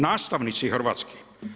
Nastavnici hrvatski?